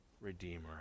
redeemer